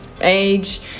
age